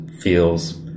feels